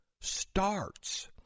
starts